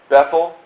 Bethel